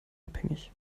abhängig